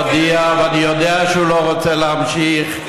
ואני יודע שהוא לא רוצה להמשיך,